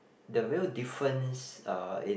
the real difference uh in